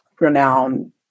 renowned